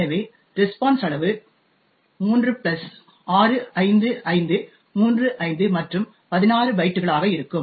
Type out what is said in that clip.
எனவே ரெஸ்பான்ஸ் அளவு 3 பிளஸ் 65535 மற்றும் 16 பைட்டுகளாக இருக்கும்